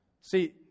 See